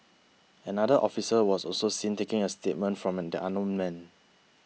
another officer was also seen taking a statement from the unknown man